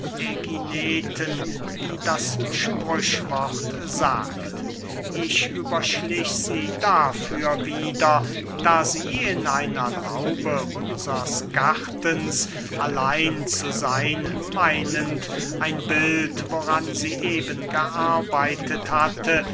ägineten wie das sprichwort sagt ich überschlich sie dafür wieder da sie in einer laube unsers gartens allein zu seyn meinend ein bild woran sie eben gearbeitet hatte